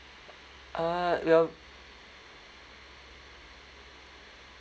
uh will